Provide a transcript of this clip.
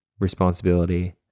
responsibility